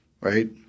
Right